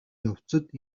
явцад